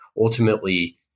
ultimately